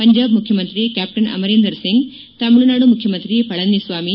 ಪಂಜಾಬ್ ಮುಖ್ಯಮಂತ್ರಿ ಕ್ಯಾಪ್ಲನ್ ಅಮರಿಂದರ್ ಸಿಂಗ್ ತಮಿಳುನಾಡು ಮುಖ್ಯಮಂತ್ರಿ ಎರಪ್ಪಾಡಿ ಪಳನಸ್ಥಾಮಿ